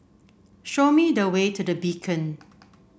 show me the way to The Beacon